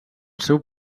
seu